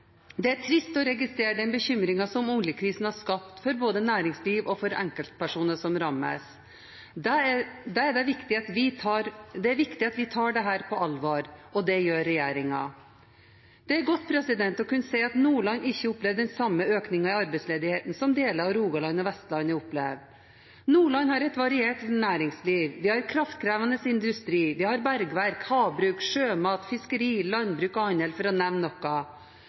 Det er trist å registrere den bekymringen som oljekrisen har skapt både for næringsliv og for enkeltpersoner som rammes. Det er viktig at vi tar dette på alvor, og det gjør regjeringen. Det er godt å kunne si at Nordland ikke opplever den samme økningen i arbeidsledighet som deler av Rogaland og Vestlandet opplever. Nordland har et variert næringsliv. Vi har kraftkrevende industri, vi har bergverk, havbruk, sjømat, fiskeri, landbruk og handel, for å nevne noe.